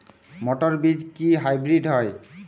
মটর বীজ কি হাইব্রিড হয়?